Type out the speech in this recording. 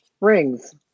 rings